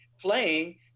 playing